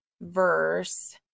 verse